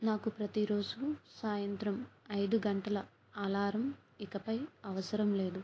నాకు ప్రతీరోజూ సాయంత్రం ఐదు గంటల అలారం ఇకపై అవసరం లేదు